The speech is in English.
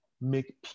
make